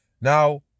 Now